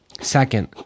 Second